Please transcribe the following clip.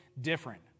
different